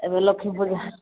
ଏବେ ଲକ୍ଷ୍ମୀପୂଜା